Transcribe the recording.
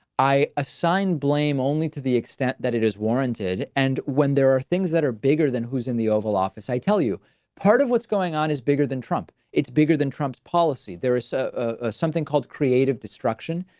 i assign blame only to the extent that it is warranted and when there are things that are bigger than who's in the oval office, i tell you part of what's going on is bigger than trump. it's bigger than trump's policy. there was a, a something called creative destruction.